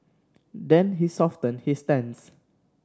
then he softened his stance